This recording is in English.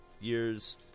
years